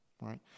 Right